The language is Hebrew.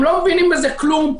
הם לא מבינים בזה כלום.